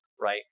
right